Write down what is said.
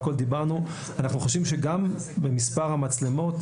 אנחנו חושבים שגם במספר המצלמות,